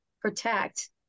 protect